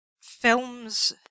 films